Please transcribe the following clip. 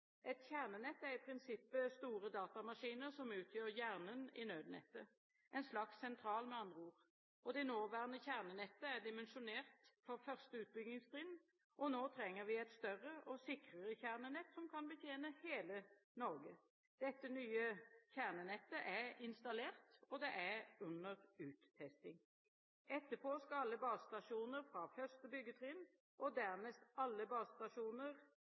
et såkalt kjernenett. Et kjernenett er i prinsippet store datamaskiner som utgjør hjernen i Nødnett – en slags sentral, med andre ord. Det nåværende kjernenettet er dimensjonert for første utbyggingstrinn, og nå trenger vi et større og sikrere kjernenett som kan betjene hele Norge. Dette nye kjernenettet er installert og under uttesting. Etterpå skal alle basestasjoner fra første byggetrinn og dernest alle